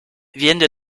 viennent